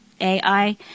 AI